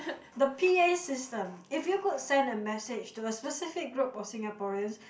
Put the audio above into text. the p_a system if you could send a message to a specific group of Singaporeans